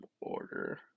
order